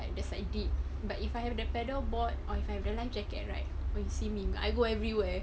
like that's like deep but if I have the paddle board or if I have the life jacket right when you see me I go everywhere